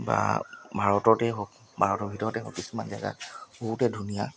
বা ভাৰততেই হওক ভাৰতৰ ভিতৰতে হওক কিছুমান জেগা বহুতেই ধুনীয়া